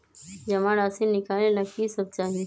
जमा राशि नकालेला कि सब चाहि?